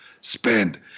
spend